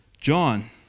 John